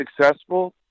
successful